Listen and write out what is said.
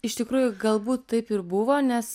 iš tikrųjų galbūt taip ir buvo nes